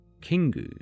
Kingu